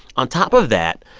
on top of that,